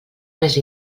més